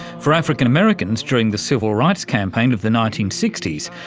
for african americans during the civil rights campaign of the nineteen sixty s,